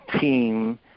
team